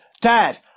Dad